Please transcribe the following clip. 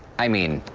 i mean,